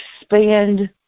expand